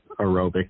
aerobic